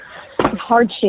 hardship